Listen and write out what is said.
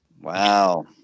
Wow